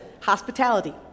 hospitality